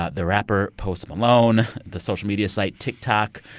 ah the rapper post malone, the social media site tiktok,